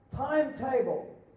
timetable